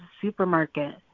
supermarket